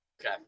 Okay